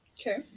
Okay